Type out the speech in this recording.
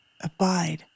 Abide